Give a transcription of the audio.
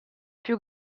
più